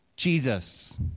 Jesus